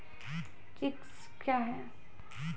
Zinc क्या हैं?